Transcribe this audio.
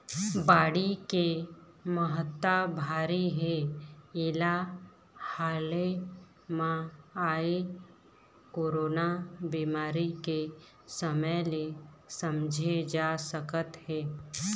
बाड़ी के महत्ता भारी हे एला हाले म आए कोरोना बेमारी के समे ले समझे जा सकत हे